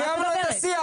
סיימנו את השיח.